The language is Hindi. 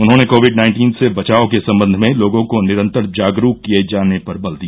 उन्होने कोविड नाइन्टीन से बचाव के सम्बन्ध में लोगों को निरन्तर जागरूक किये जाने पर बल दिया